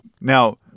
now